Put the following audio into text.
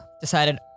decided